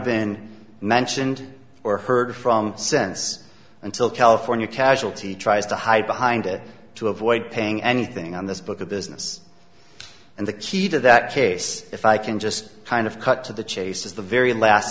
been mentioned or heard from since until california casualty tries to hide behind it to avoid paying anything on this book of business and the key to that case if i can just kind of cut to the chase is the very last